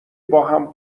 باهم